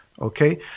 Okay